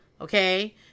Okay